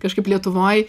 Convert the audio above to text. kažkaip lietuvoj